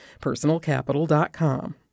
personalcapital.com